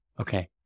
Okay